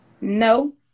no